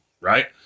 right